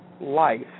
Life